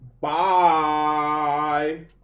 bye